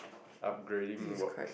upgrading work